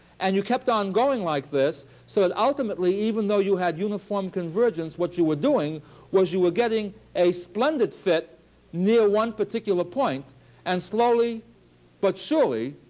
and you kept on going like this so that ultimately, even though you had uniform convergence, what you were doing was you were getting a splendid fit near one particular point and slowly but surely,